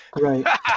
Right